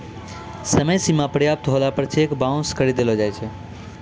समय सीमा समाप्त होला पर चेक बाउंस करी देलो गेलो छै